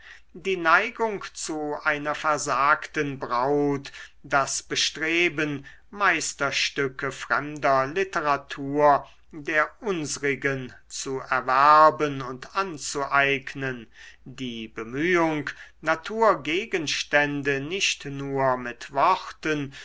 die neigung zu einer versagten braut das bestreben meisterstücke fremder literatur der unsrigen zu erwerben und anzueignen die bemühung naturgegenstände nicht nur mit worten